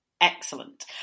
Excellent